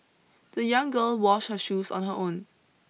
the young girl washed her shoes on her own